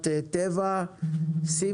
תודה רבה דורית, רן